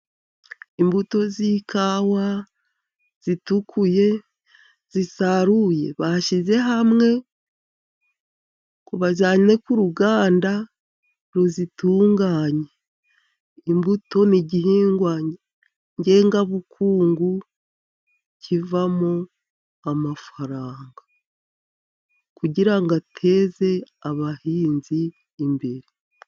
Imbuto z'ikawa zitukuye zisaruye bashyize hamwe, ngo bajyane ku ruganda ruzitunganya, imbuto ni igihingwa ngengabukungu, kivamo amafaranga kugira ngo ateze abahinzi imbere.